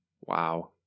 Wow